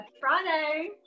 Friday